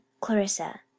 clarissa